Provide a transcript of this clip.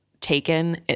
taken